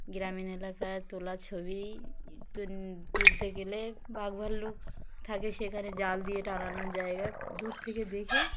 গ্রামীণ এলাকায় তোলা ছবি তু তুলতে গেলে বাঘ ভাল্লুক থাকে সেখানে জাল দিয়ে টাঙানো জায়গা দূর থেকে দেখে